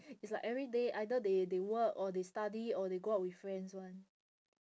it's like everyday either they they work or they study or they go out with friends [one]